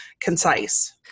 concise